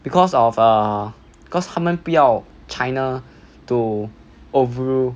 because of err cause 他们不要 china to overrule